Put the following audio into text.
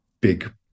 big